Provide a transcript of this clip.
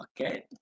Okay